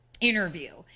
interview